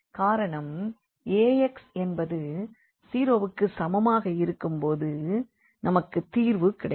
காரணம் Axஎன்பது 0 வுக்கு சமமாக இருக்கும் போது நமக்கு தீர்வு கிடைக்கும்